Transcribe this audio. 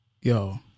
Yo